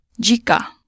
jika